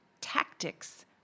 tactics